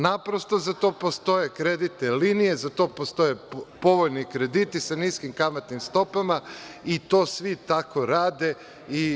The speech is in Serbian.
Naprosto, za to postoje kreditne linije, za to postoje povoljni krediti sa niskim kamatnim stopama, i to svi tako rade.